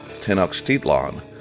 Tenochtitlan